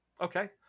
Okay